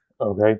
Okay